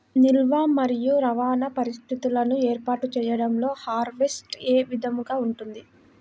నిల్వ మరియు రవాణా పరిస్థితులను ఏర్పాటు చేయడంలో హార్వెస్ట్ ఏ విధముగా ఉంటుంది?